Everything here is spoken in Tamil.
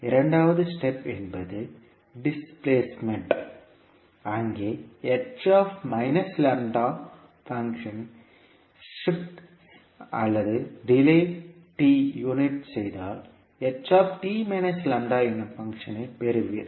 இரண்டாவது ஸ்டெப் என்பது டிஸ்பிளேஸ்மெண்ட் displacement அங்கே ஃபங்ஷன் ஷிப்ட் அல்லது டிலே யூனிட் செய்தால்எனும் பங்ஷன்னை பெறுவீர்